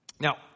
Now